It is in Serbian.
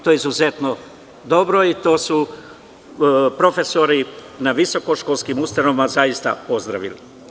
To je izuzetno dobro i to su profesori na visokoškolskim ustanovama zaista pozdravili.